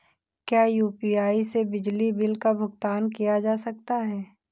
क्या यू.पी.आई से बिजली बिल का भुगतान किया जा सकता है?